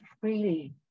freely